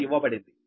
గా ఇవ్వబడింది